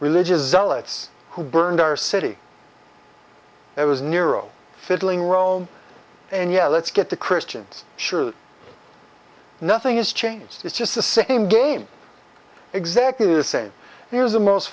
religious zealots who burned our city it was nero fiddling rome and yeah let's get the christians sure nothing is changed it's just the same game exactly the same there's the most